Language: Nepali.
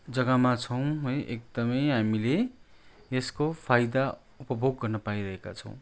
जग्गामा छौँ है एकदमै हामीले यसको फाइदा उपभोग गर्न पाइरहेका छौँ